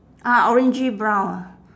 ah orangey brown ah